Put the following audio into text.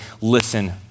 listen